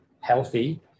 healthy